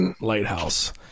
Lighthouse